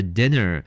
dinner